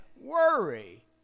worry